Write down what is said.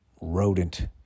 rodent